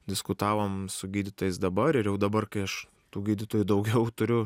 diskutavom su gydytojais dabar ir jau dabar kai aš tų gydytojų daugiau turiu